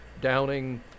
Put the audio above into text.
downing